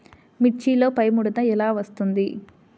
మిర్చిలో పైముడత ఎలా వస్తుంది?